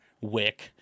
wick